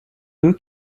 eux